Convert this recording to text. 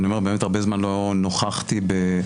אני אומר שבאמת הרבה זמן לא נכחתי בוועדות.